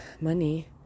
money